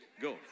go